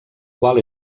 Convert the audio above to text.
qual